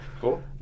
Cool